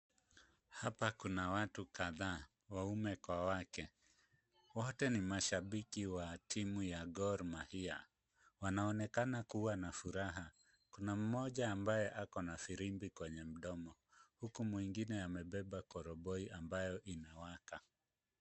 Hapa kuna watu kadhaa, waume kwa wake. Wote ni mashabiki wa Gor Mahia. Wanaonekana kuwa na furaha. Kuna mmoja ambaye ako na firimbi kwenye mdomo huku mwingine amebeba koroboi ambayo inawaka.